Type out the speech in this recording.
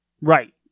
Right